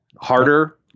harder